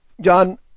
John